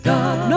God